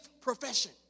profession